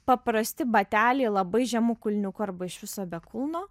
paprasti bateliai labai žemu kulniuku arba iš viso be kulno